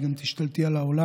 את גם תשתלטי על העולם.